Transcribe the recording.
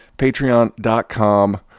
patreon.com